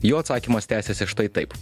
jo atsakymas tęsiasi štai taip